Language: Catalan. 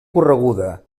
correguda